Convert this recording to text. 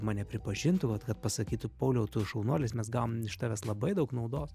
mane pripažintų vat kad pasakytų pauliau tu šaunuolis mes gavom iš tavęs labai daug naudos